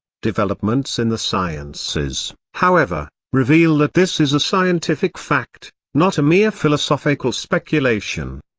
developments in the sciences, however, reveal that this is a scientific fact, not a mere philosophical speculation.